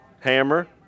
Hammer